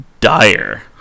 dire